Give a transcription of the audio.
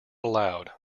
allowed